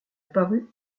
paru